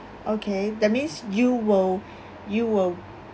okay that means you will you will